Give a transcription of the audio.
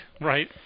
right